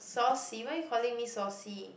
saucy why are you calling me saucy